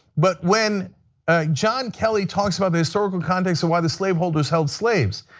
but when john kelly talks about the historical context and why the slave hold was held slaves,